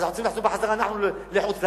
אז אנחנו צריכים לחזור, אנחנו, לחוץ-לארץ?